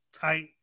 tight